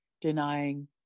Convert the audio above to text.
denying